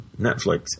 Netflix